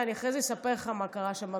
אני אחרי זה אספר לך מה קרה שם במשפחה.